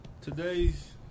Today's